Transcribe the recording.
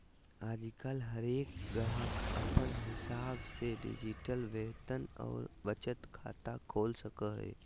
आजकल हरेक गाहक अपन हिसाब से डिजिटल वेतन और बचत खाता खोल सको हय